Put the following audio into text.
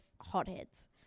hotheads